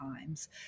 times